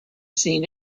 seen